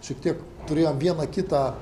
šiek tiek turėjom vieną kitą